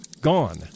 Gone